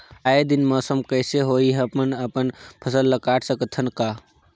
आय दिन मौसम कइसे होही, हमन अपन फसल ल काट सकत हन का?